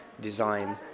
design